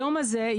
היום הזה,